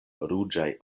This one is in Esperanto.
ruĝaj